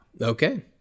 Okay